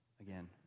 again